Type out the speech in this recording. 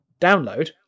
download